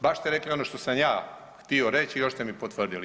Baš ste rekli ono što sam ja htio reći i još ste mi potvrdili.